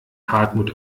hartmut